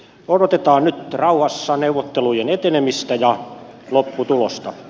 odotetaan nyt rauhassa neuvottelujen etenemistä ja lopputulosta